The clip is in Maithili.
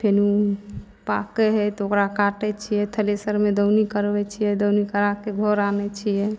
फेन पाकै है तऽ ओकरा काटै छियै थ्रेसरमे दौनी करबै छियै दौनी कराके घर आनै छियै